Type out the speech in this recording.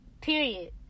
Period